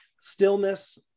stillness